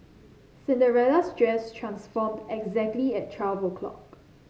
Cinderella's dress transformed exactly at twelve o'clock